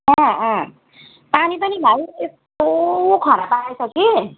अँ अँ पानी त नि भाइ यस्तो खराब आएछ कि